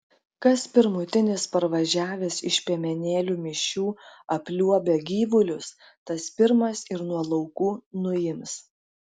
kas pirmutinis parvažiavęs iš piemenėlių mišių apliuobia gyvulius tas pirmas ir nuo laukų nuims